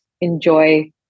enjoy